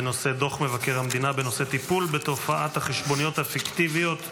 בנושא דוח מבקר המדינה בנושא טיפול בתופעת החשבונות הפיקטיביות.